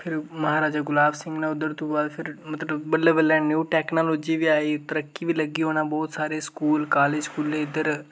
फिर महाराजा गुलाब सिंह उद्धर तूं बाद फिर न्यू टैक्नालोजी बी आई तरक्की बी लगी होना बहुत स्कूल कालेज खु'ल्ले उद्धर